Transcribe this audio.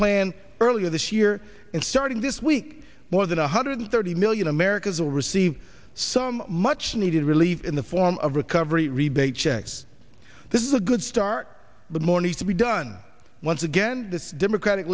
plan earlier this year and starting this week more than a hundred thirty million americans will receive some much needed relief in the form of recovery rebate checks this is a good start but more needs to be done once again this democratic